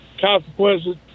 consequences